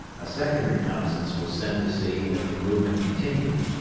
a second reconnoissance was sent to see if the movement continued.